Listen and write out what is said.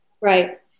Right